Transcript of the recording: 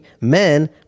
Men